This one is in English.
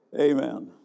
Amen